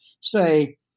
say